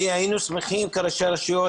היינו שמחים כראשי הרשויות,